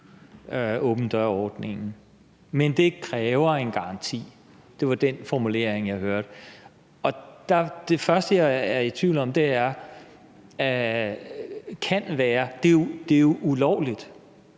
åben dør-ordningen, men det kræver en garanti. Det var den formulering, jeg hørte. Og det første, jeg i tvivl om, er »kan være«. Det er jo ulovligt.